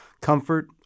comfort